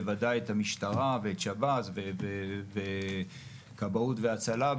בוודאי את המשטרה ואת שב"ס וכבאות והצלה,